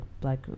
black